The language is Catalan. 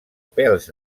pèls